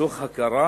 מתוך הכרה